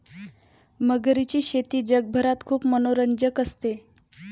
मगरीची शेती जगभरात खूप मनोरंजक असते